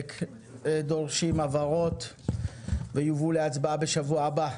דורשים הבהרות ויובאו להצבעה בשבוע הבא.